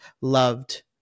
loved